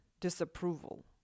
disapproval